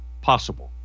possible